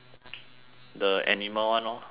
the animal one lor the seal